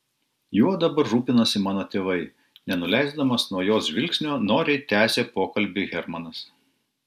juo dabar rūpinasi mano tėvai nenuleisdamas nuo jos žvilgsnio noriai tęsė pokalbį hermanas